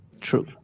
True